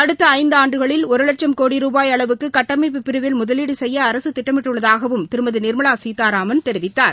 அடுத்தஐந்துஆண்டுகளில் ஒருலட்சம் கோடி ரூபாய் பிரிவில் முதலீடுசெய்ய அரசுதிட்டமிட்டுள்ளதாகவும் திருமதிநிர்மலாசீதாராமன் தெரிவித்தார்